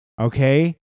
okay